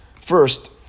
first